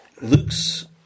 Luke's